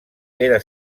era